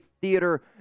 theater